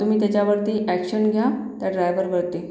तुम्ही त्याच्यावरती ॲक्शन घ्या त्या ड्रायवरवरती